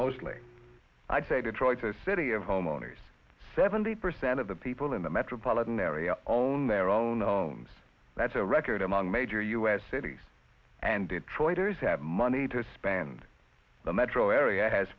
mostly i'd say detroit the city of homeowners seventy percent of the people in the metropolitan area own their own homes that's a record among major u s cities and detroiters have money to spend the metro area has